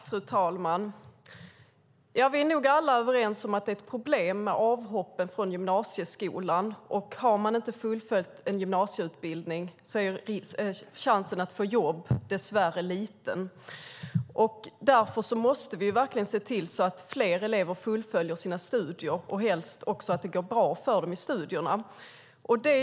Fru talman! Vi är nog alla överens om att det är ett problem med avhoppen från gymnasieskolan. Har man inte fullföljt en gymnasieutbildning är chansen att få jobb dess värre liten. Därför måste vi verkligen se till att fler elever fullföljer sina studier och helst också att det går bra för dem i studierna.